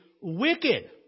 wicked